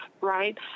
right